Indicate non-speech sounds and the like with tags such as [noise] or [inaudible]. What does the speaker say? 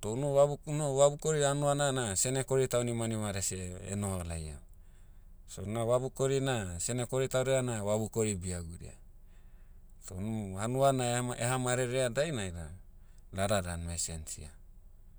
Toh unu vabu- unu vabukori hanuana na senekori taunimanimadia seh [hesitation] noho laiam. So na vabukori na senekori taudia na vabukori biagudia. Toh nu, hanua na eha- eha marerea dainai da, lada dan ma [hesitation] sensia.